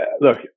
look